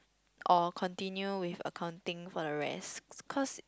or continue with accounting for the rest cause